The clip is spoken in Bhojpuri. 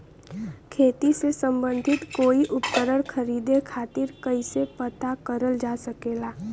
खेती से सम्बन्धित कोई उपकरण खरीदे खातीर कइसे पता करल जा सकेला?